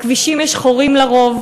בכבישים יש חורים לרוב,